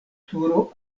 turo